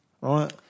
right